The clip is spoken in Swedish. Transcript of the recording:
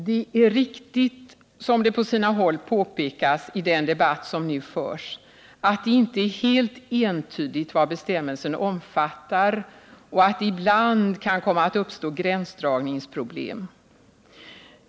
Det är riktigt, som det på sina håll påpekas i den debatt som nu förs, att det inte är helt entydigt vad bestämmelsen omfattar och att det ibland kan komma att uppstå gränsdragningsproblem.